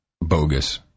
bogus